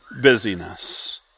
busyness